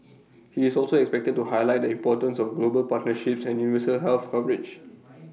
he is also expected to highlight the importance of global partnerships and universal health coverage